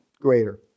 greater